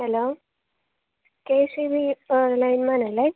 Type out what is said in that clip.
hello K S E B line മാനല്ലെ